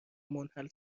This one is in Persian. منحل